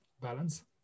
Balance